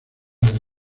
del